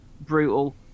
brutal